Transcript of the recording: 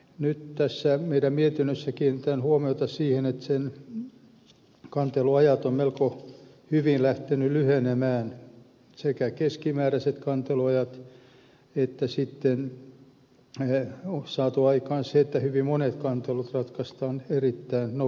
nyt tässä meidän mietinnössämme kiinnitetään huomiota siihen että sen kanteluajat ovat melko hyvin lähteneet lyhenemään sekä keskimääräiset kanteluajat että sitten on saatu aikaan se että hyvin monet kantelut ratkaistaan erittäin nopeasti